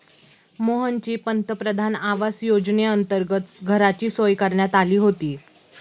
मोहनची पंतप्रधान आवास योजनेअंतर्गत घराची सोय करण्यात आली होती